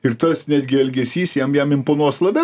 ir tas netgi elgesys jam jam imponuos labiau